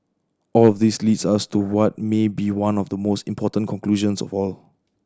all of this leads us to what may be one of the most important conclusions of all